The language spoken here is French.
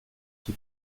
qui